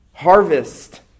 Harvest